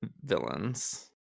villains